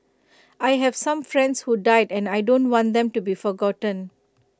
I have some friends who died and I don't want them to be forgotten